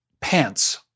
pants